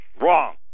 Wrong